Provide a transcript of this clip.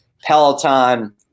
Peloton